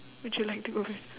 would you like to go first